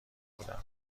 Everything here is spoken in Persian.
بوده